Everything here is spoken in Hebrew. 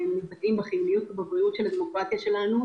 בחיוניות ובבריאות של הדמוקרטיה שלנו,